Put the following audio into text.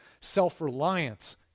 Self-reliance